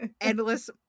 endless